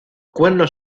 cuernos